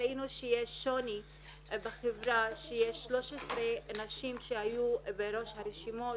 ראינו שיש שוני בחברה שיש 13 נשים שהיו בראש הרשימות